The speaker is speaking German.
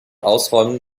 ausräumen